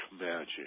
magic